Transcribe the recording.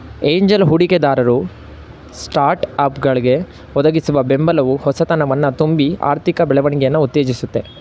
angel ಹೂಡಿಕೆದಾರರು ಸ್ಟಾರ್ಟ್ಅಪ್ಗಳ್ಗೆ ಒದಗಿಸುವ ಬೆಂಬಲವು ಹೊಸತನವನ್ನ ತುಂಬಿ ಆರ್ಥಿಕ ಬೆಳವಣಿಗೆಯನ್ನ ಉತ್ತೇಜಿಸುತ್ತೆ